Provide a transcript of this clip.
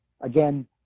again